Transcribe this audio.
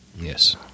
Yes